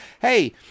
hey